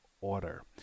order